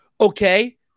okay